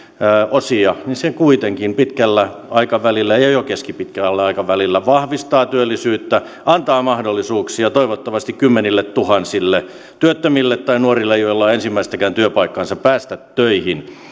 osia se kuitenkin pitkällä aikavälillä ja ja jo keskipitkällä aikavälillä vahvistaa työllisyyttä antaa mahdollisuuksia toivottavasti kymmenilletuhansille työttömille tai nuorille joilla ei ole ensimmäistäkään työpaikkaa päästä töihin